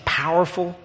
powerful